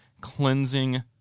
cleansing